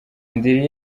indiri